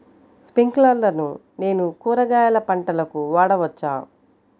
స్ప్రింక్లర్లను నేను కూరగాయల పంటలకు వాడవచ్చా?